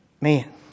Man